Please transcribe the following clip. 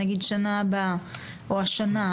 נגיד בשנה הבאה או השנה,